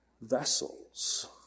vessels